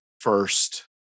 first